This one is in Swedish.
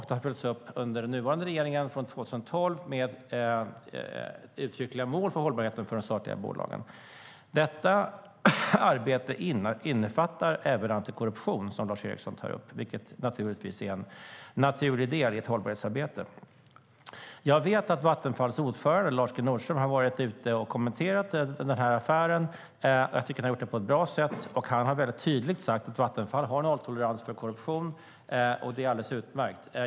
Den har följts upp under den nuvarande regeringen från 2012 med uttryckliga mål för hållbarheten för de statliga bolagen. Detta arbete innefattar även antikorruption, som Lars Eriksson tar upp, vilket naturligtvis är en naturlig del i ett hållbarhetsarbete. Jag vet att Vattenfalls ordförande Lars G Nordström har varit ute och kommenterat denna affär, och jag tycker att han har gjort det på ett bra sätt. Han har tydligt sagt att Vattenfall har nolltolerans mot korruption, och det är alldeles utmärkt.